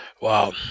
Wow